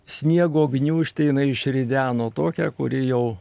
sniego gniūžtę jinai išrideno tokią kuri jau